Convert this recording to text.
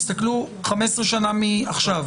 תסתכלו 15 שנים מעכשיו.